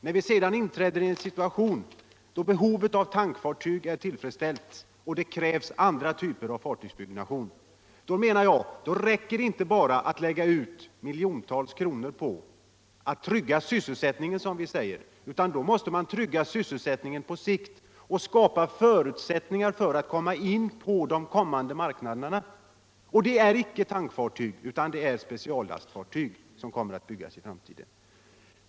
När det sedan inträder en situation då behovet av tankfartyg är tillfredsställt och det krävs andra typer av fartygsbyggen, då menar jag att det inte räcker med att bara lägga ut miljontals kronor på att trygga sysselsättningen, som vi säger, utan då måste man verkligen trygga sysselsättningen på sikt och skapa förutsättningar för att komma in på de kommande marknaderna. Och det är icke tankfartyg utan speciallastfartyg som kommer att byggas i framtiden.